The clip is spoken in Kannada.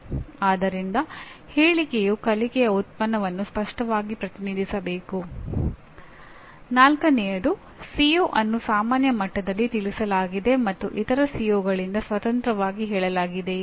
ಆದ್ದರಿಂದ ಈ ಊಹೆಗಳು ಬೋಧನೆಯ ವಿಭಿನ್ನ ಮಾದರಿಗಳಿಗೆ ಕಾರಣವಾಗುತ್ತವೆ